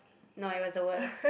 no it was the worst